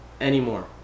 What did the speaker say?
anymore